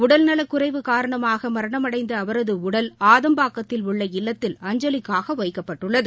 உடன்நலக் குறைவு காரணமாக மரணமடந்த அவரது உடல் ஆதம்பாக்கத்தில் உள்ள இல்லத்தில் அஞ்சலிக்காக வைக்கப்பட்டுள்ளது